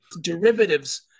Derivatives